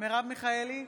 מרב מיכאלי,